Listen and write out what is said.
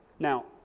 Now